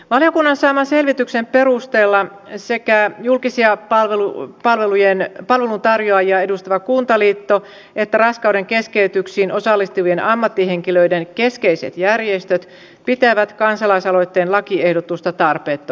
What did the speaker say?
valiokunnan saaman selvityksen perusteella sekä julkisia palveluntarjoajia edustava kuntaliitto että raskaudenkeskeytyksiin osallistuvien ammattihenkilöiden keskeiset järjestöt pitävät kansalaisaloitteen lakiehdotusta tarpeettomana